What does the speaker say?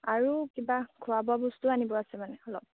আৰু কিবা খোৱা বোৱা বস্তু আনিব আছে মানে অলপ